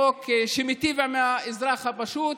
חוק שמיטיב עם האזרח הפשוט